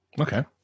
Okay